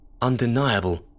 Undeniable